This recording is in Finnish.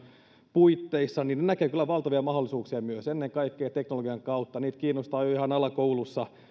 puitteissa niin näkee kyllä valtavia mahdollisuuksia myös ennen kaikkea teknologian kautta heitä kiinnostaa jo jo ihan alakoulussa